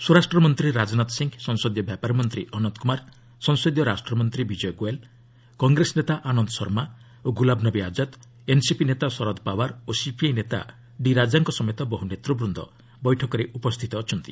ସ୍ୱରାଷ୍ଟ୍ରମନ୍ତ୍ରୀ ରାଜନାଥ ସିଂ ସଂସଦୀୟ ବ୍ୟାପାର ମନ୍ତ୍ରୀ ଅନନ୍ତ କୁମାର ସଂସଦୀୟ ରାଷ୍ଟ୍ରମନ୍ତ୍ରୀ ବିଜୟ ଗୋଏଲ୍ କଂଗ୍ରେସ ନେତା ଆନନ୍ଦ ଶର୍ମା ଓ ଗୁଲାମ ନବୀ ଆଜାଦ୍ ଏନ୍ସିପି ନେତା ଶରଦ୍ ପାୱାର ଓ ସିପିଆଇ ନେତା ଡି ରାଜାଙ୍କ ସମେତ ବହୁ ନେତୁବୃନ୍ଦ ବୈଠକରେ ଉପସ୍ଥିତ ଅଛନ୍ତି